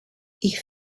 ich